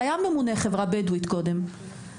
כבר היה ממונה לחברה הבדואית קודם.